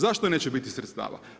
Zašto neće biti sredstava?